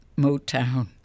Motown